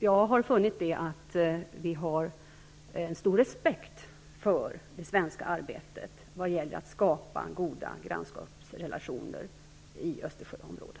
Jag har funnit att det finns stor respekt för det svenska arbetet vad gäller att skapa goda grannskapsrelationer i Östersjöområdet.